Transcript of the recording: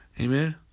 Amen